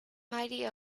mighty